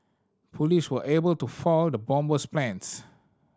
police were able to foil the bomber's plans